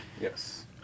Yes